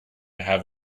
have